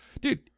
Dude